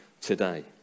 today